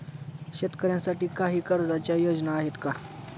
शेतकऱ्यांसाठी काही कर्जाच्या योजना आहेत का?